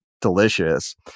delicious